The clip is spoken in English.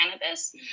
cannabis